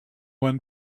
one